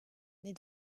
naît